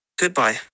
Goodbye